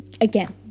again